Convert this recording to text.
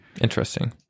interesting